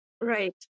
Right